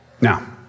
Now